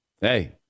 Hey